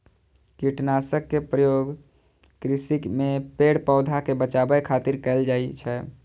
कीटनाशक के प्रयोग कृषि मे पेड़, पौधा कें बचाबै खातिर कैल जाइ छै